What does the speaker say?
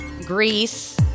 Greece